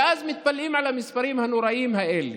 ואז מתפלאים על המספרים הנוראיים האלה.